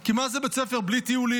כי מה זה בית ספר בלי טיולים,